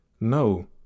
No